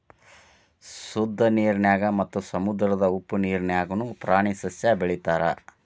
ಶುದ್ದ ನೇರಿನ್ಯಾಗ ಮತ್ತ ಸಮುದ್ರದ ಉಪ್ಪ ನೇರಿನ್ಯಾಗುನು ಪ್ರಾಣಿ ಸಸ್ಯಾ ಬೆಳಿತಾರ